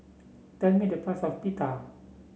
tell me the price of Pita